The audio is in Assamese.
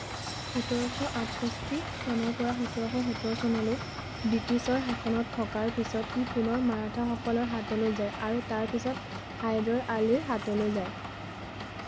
সোতৰশ আঠষষ্ঠি চনৰ পৰা সোতৰশ সত্তৰ চনলৈ ব্ৰিটিছৰ শাসনত থকাৰ পিছত ই পুনৰ মাৰাঠাসকলৰ হাতলৈ যায় আৰু তাৰ পিছত হায়দৰ আলীৰ হাতলৈ যায়